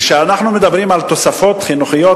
כשאנחנו מדברים על תוספות חינוכיות,